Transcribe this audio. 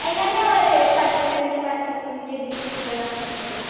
எல்லாமே ஒரு பத்து கிலோமீட்ரு பத்து கிலோமீட்டர் டிஸ்டன்ஸ்ல தாங்க இருக்குது